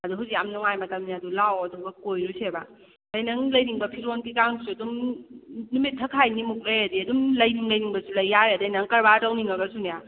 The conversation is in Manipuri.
ꯑꯗꯣ ꯍꯧꯖꯤꯛ ꯌꯥꯝ ꯅꯨꯡꯉꯥꯏꯕ ꯃꯇꯝꯅꯦ ꯑꯗꯨ ꯂꯥꯛꯑꯣ ꯑꯗꯨꯒ ꯀꯣꯏꯔꯨꯁꯦꯕ ꯑꯗꯩ ꯅꯪ ꯂꯩꯅꯤꯡꯕ ꯐꯤꯔꯣꯜ ꯀꯩꯀꯥꯗꯨꯁꯨ ꯑꯗꯨꯝ ꯅꯨꯃꯤꯠ ꯊꯥꯈꯥꯏ ꯅꯤꯃꯨꯛ ꯂꯩꯔꯗꯤ ꯑꯗꯨꯝ ꯂꯩꯅꯤꯡ ꯂꯩꯅꯤꯡꯕꯁꯨ ꯂꯩ ꯌꯥꯔꯦ ꯑꯗꯩ ꯅꯪ ꯀꯔꯕꯥꯔ ꯇꯧꯅꯤꯡꯉꯒꯁꯨꯅꯦ